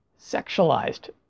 sexualized